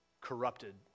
corrupted